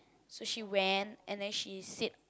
so she went and then she sit